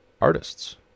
artists